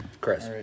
Chris